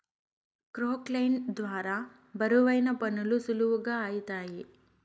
క్రొక్లేయిన్ ద్వారా బరువైన పనులు సులువుగా ఐతాయి